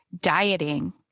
dieting